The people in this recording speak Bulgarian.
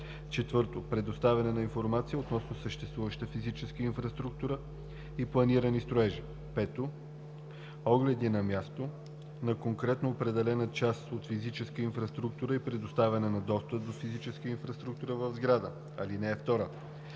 II; 4. предоставяне на информация относно съществуваща физическа инфраструктура и планирани строежи; 5. огледи на място на конкретно определена част от физическа инфраструктура и предоставяне на достъп до физическа инфраструктура в сграда. (2) При решаване